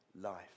life